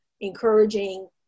encouraging